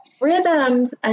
rhythms